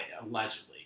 allegedly